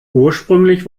ursprünglich